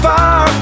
Far